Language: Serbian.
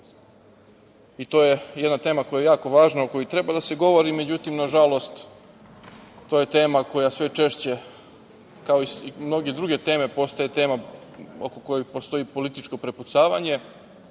i to je jedna tema koja je jako važna, o kojoj treba da se govori.Međutim, nažalost, to je tema koja sve češće, kao i mnoge druge teme, postaje tema oko koje postoji političko prepucavanje